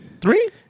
Three